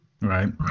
right